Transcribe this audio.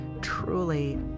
truly